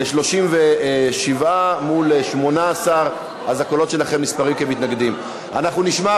ל-37 מול 18. אז הקולות